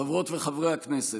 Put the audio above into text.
חברות וחברי הכנסת,